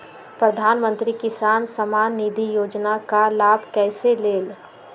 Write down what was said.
प्रधानमंत्री किसान समान निधि योजना का लाभ कैसे ले?